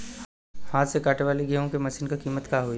हाथ से कांटेवाली गेहूँ के मशीन क का कीमत होई?